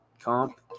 comp